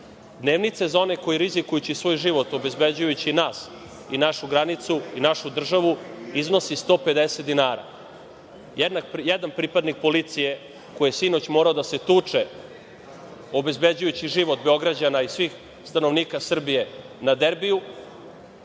Dnevnica za one koji rizikujući svoj život obezbeđujući nas i našu granicu i našu državu iznosi 150 dinara. Jedan pripadnik policije koji je sinoć morao da se tuče, obezbeđujući život Beograđana i svih stanovnika Srbije na derbiju,